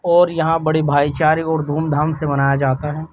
اور یہاں بڑے بھائی چارے اور دھوم دھام سے منایا جاتا ہے